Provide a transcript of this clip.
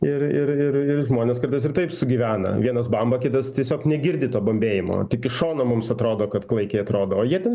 ir ir ir ir žmonės kartais ir taip sugyvena vienas bamba kitas tiesiog negirdi to bambėjimo tik iš šono mums atrodo kad klaikiai atrodo o jie ten